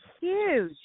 huge